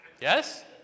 Yes